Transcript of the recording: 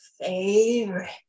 favorite